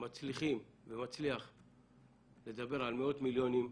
מצליחים לדבר על מאות מיליונים,